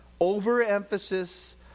overemphasis